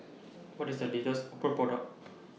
What IS The latest Oppo Product